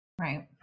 Right